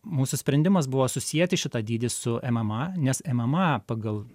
mūsų sprendimas buvo susieti šitą dydį su mma nes mma pagal